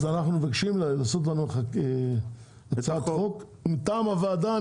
אז אנחנו מבקשים לעשות לנו הצעת חוק מטעם הוועדה,